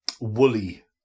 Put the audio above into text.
woolly